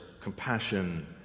compassion